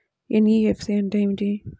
NBFC అంటే ఏమిటి?